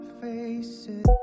faces